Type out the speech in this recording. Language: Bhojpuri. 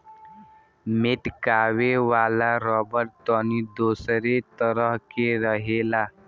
मेटकावे वाला रबड़ तनी दोसरे तरह के रहेला